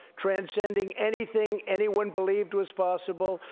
transcending anything anyone believed was possible.